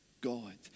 God